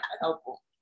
helpful